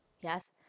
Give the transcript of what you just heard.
Yes